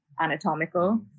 anatomical